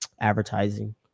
advertising